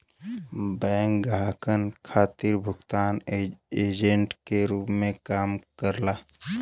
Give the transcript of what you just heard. bank ग्राहकन खातिर भुगतान एजेंट के रूप में काम करला